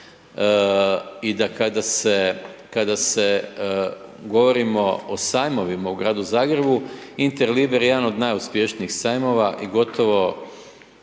i da kada se govorimo o sajmovima u gradu Zagrebu, Interliber je jedan od najuspješnijih sajmova i gotovo